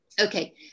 Okay